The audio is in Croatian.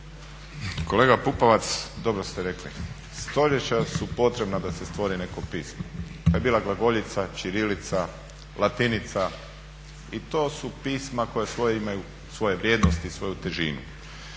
Kolega Pupovac, dobro ste rekli, stoljeća su potrebna da se stvori neko pismo, pa je bila glagoljica, ćirilica, latinica i to su pisma koja imaju svoje vrijednosti, svoju težinu.